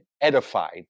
edified